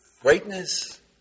Greatness